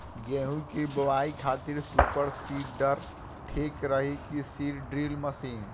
गेहूँ की बोआई खातिर सुपर सीडर ठीक रही की सीड ड्रिल मशीन?